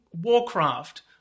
Warcraft